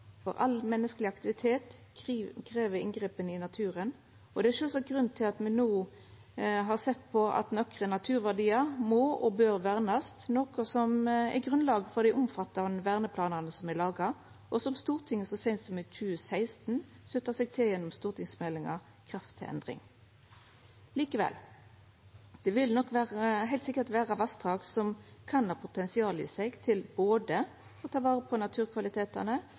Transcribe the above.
for all menneskeleg aktivitet krev inngrep i naturen, og det er sjølvsagt grunnen til at me har sett på at nokre naturverdiar må og bør vernast – noko som er grunnlaget for dei omfattande verneplanane som er laga, og som Stortinget så seint som i 2016 slutta seg til gjennom stortingsmeldinga Kraft til endring. Likevel – det vil nok heilt sikkert vera vassdrag som kan ha potensial i seg til både å ta vare på dei naturkvalitetane